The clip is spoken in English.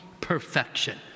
perfection